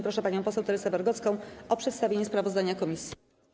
Proszę panią poseł Teresę Wargocką o przedstawienie sprawozdania komisji.